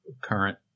current